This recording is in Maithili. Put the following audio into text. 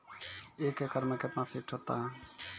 एक एकड मे कितना फीट होता हैं?